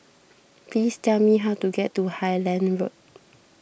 please tell me how to get to Highland Road